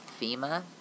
FEMA